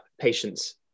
patience